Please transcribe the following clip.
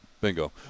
Bingo